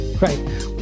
Right